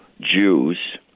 Jews